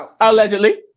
Allegedly